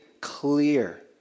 clear